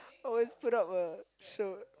always put up a show